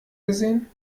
gesehen